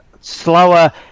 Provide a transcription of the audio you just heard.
slower